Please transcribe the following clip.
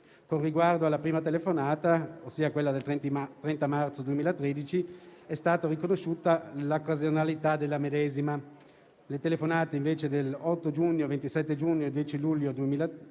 con riguardo alla prima telefonata, ossia per quella del 30 marzo 2013, per la quale è stata riconosciuta l'occasionalità della medesima. Le telefonate, invece, dell'8 giugno, del 27 giugno e del 10 luglio 2013